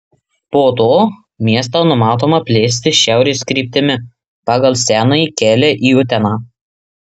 po to miestą numatoma plėsti šiaurės kryptimi pagal senąjį kelią į uteną